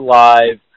live